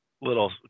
little